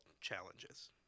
challenges